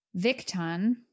Victon